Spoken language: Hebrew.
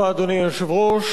אדוני היושב-ראש,